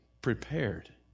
prepared